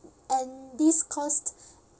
and this caused